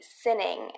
sinning